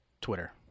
Twitter